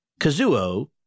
Kazuo